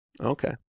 Okay